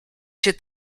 się